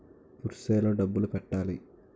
Purse లో డబ్బులు పెట్టలా?